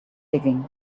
digging